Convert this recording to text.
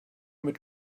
mit